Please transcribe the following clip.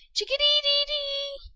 chickadee-dee-dee!